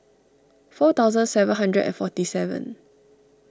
four thousand seven hundred and forty seven